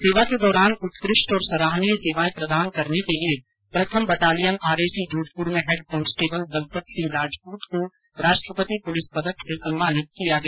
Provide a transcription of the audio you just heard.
सेवा के दौरान उत्कृष्ट और सराहनीय सेवाएं प्रदान करने के लिए प्रथम बटालियन आरएसी जोधपुर में हैड कांस्टेबल दलपत सिंह राजपूत को राष्ट्रपति पुलिस पदक से सम्मानित किया गया